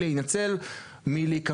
ואז יהיה לכל אזרח פה פחות מס"מ של רצועת